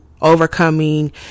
overcoming